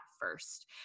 first